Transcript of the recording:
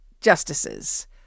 justices